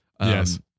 Yes